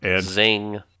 Zing